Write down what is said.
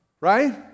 right